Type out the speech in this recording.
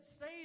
say